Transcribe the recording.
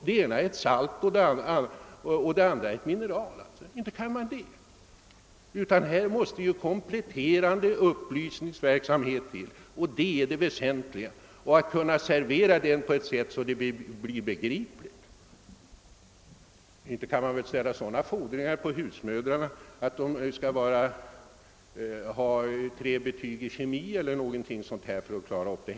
Det ena är ett mineral och det andra ett salt. Inte kan de det. Det väsentliga är att här kommer en kompletterande upplysningsverksamhet till stånd och att man kan servera denna på ett sätt som gör den begriplig. Inte kan man av en husmor fordra att hon skall ha tre betyg i kemi eller något liknande för att klara upp detta.